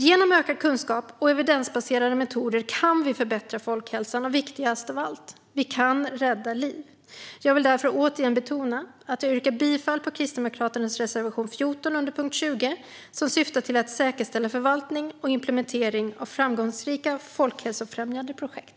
Genom ökad kunskap och evidensbaserade metoder kan vi förbättra folkhälsan, och viktigast av allt: Vi kan rädda liv. Jag vill därför återigen betona att jag yrkar bifall till Kristdemokraternas reservation 14 under punkt 20, som syftar till att säkerställa förvaltning och implementering av framgångsrika folkhälsofrämjande projekt.